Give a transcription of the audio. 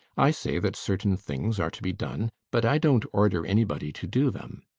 i say that certain things are to be done but i don't order anybody to do them.